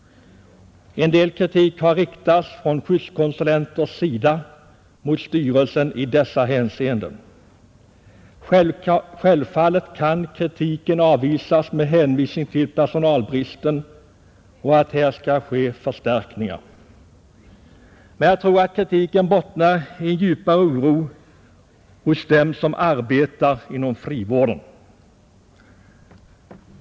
En del kritik har från skyddskonsulenters sida riktats mot styrelsen i dessa hänseenden. Självfallet kan kritiken avvisas med hänvisning till personalbristen och att det här skall ske förstärk ningar. Men jag tror att kritiken bottnar i en djupare oro hos dem som arbetar inom frivården.